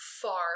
far